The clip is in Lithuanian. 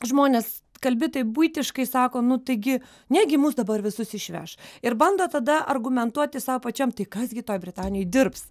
žmonės kalbi taip buitiškai sako nu taigi negi mus dabar visus išveš ir bando tada argumentuoti sau pačiam tai kas gi toj britanijoj dirbs